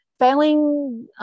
Failing